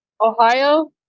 ohio